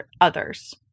others